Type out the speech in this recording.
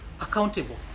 accountable